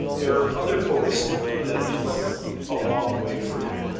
there are other hopes that look a long way further.